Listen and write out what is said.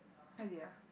what is it ah